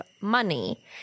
money